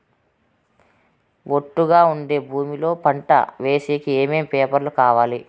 ఒట్టుగా ఉండే భూమి లో పంట వేసేకి ఏమేమి పేపర్లు కావాలి?